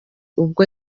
ubwo